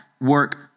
work